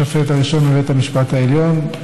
השופט הראשון בבית המשפט העליון,